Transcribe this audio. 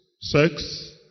sex